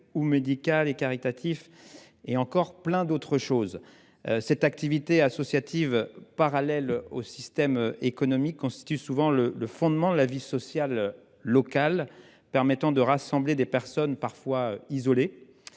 médicale et caritative, etc. Cette activité associative, parallèle au système économique, constitue souvent le fondement de la vie sociale locale et permet de rassembler des personnes parfois isolées,